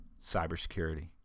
cybersecurity